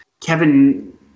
Kevin